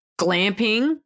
glamping